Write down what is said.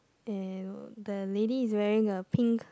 there were the lady is wearing a pink